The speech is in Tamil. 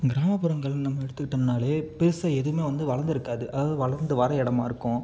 கிராமப்புறங்கள் நம்ம எடுத்துக்கிட்டோம்னாலே பெருசாக எதுவுமே வந்து வளர்ந்துருக்காது அதாவது வளர்ந்து வர இடமா இருக்கும்